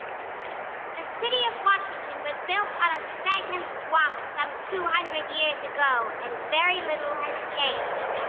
the city of washington was built on a stagnant swamp some two hundred years ago and very little has changed.